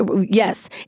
yes